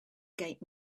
gate